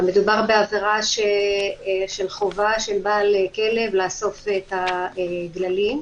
מדובר בעבירה של חובה על בעל כלב לאסוף את הגללים.